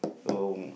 oh